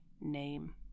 name